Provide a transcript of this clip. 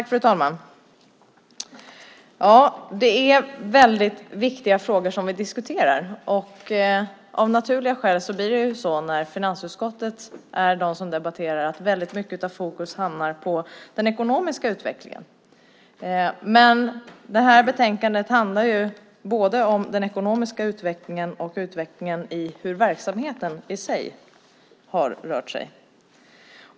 Fru talman! Det är viktiga frågor vi diskuterar. När finansutskottet debatterar blir det av naturliga skäl så att mycket fokus hamnar på den ekonomiska utvecklingen. Betänkandet handlar emellertid om både den ekonomiska utvecklingen och hur verksamheten i sig har rört sig.